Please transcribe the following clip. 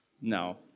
No